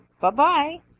Bye-bye